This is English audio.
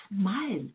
smile